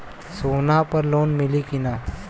सोना पर लोन मिली की ना?